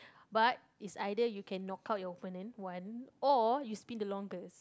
but is either you can knock out your opponent one or you spin the longest